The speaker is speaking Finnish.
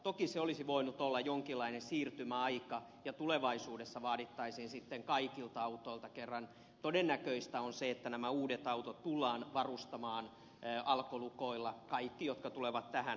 toki se olisi voinut olla jonkinlainen siirtymäaika ja tulevaisuudessa vaadittaisiin sitten kaikilta autoilta koska todennäköistä on se että kaikki uudet autot jotka tulevat tähän käyttöön tullaan varustamaan alkolukoilla